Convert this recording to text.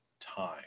time